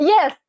Yes